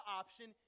option